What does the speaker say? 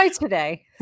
today